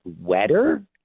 wetter